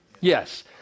Yes